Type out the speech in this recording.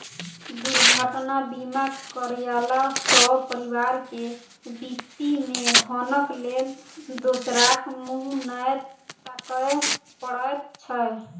दुर्घटना बीमा करयला सॅ परिवार के विपत्ति मे धनक लेल दोसराक मुँह नै ताकय पड़ैत छै